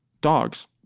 dogs